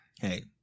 hey